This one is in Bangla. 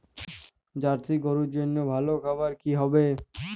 জার্শি গরুর জন্য ভালো খাবার কি হবে?